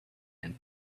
and